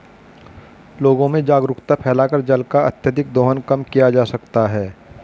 लोगों में जागरूकता फैलाकर जल का अत्यधिक दोहन कम किया जा सकता है